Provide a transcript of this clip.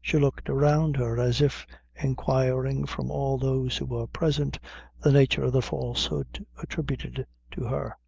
she looked around her, as if enquiring from all those who were present the nature of the falsehood attributed to her